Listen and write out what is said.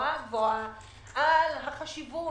הגבוהה-גבוהה על החשיבות